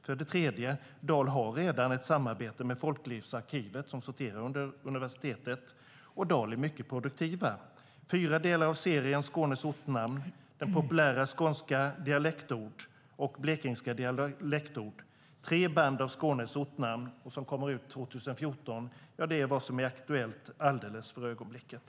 För det tredje har Dal redan ett samarbete med folklivsarkivet, som sorterar under universitetet, och Dal är mycket produktivt. Det är fyra delar av serien Skånes ortnamn . Det är den populära Skånska dialektord . Det är en bok om blekingska dialektord. Och det är tre band av Skånes ortnamn , som kommer ut 2014. Det är vad som är aktuellt för ögonblicket.